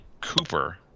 cooper